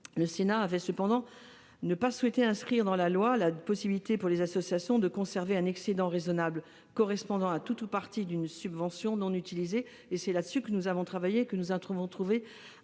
le Sénat avait refusé d'inscrire dans la loi la possibilité, pour les associations, de conserver un « excédent raisonnable » correspondant à tout ou partie d'une subvention non utilisée. C'est là-dessus que nous avons travaillé et que nous avons trouvé